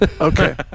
Okay